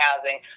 housing